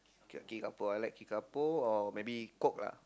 K Kickapoo I like Kickapoo or maybe Coke lah